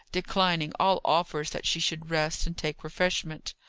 declining all offers that she should rest and take refreshment.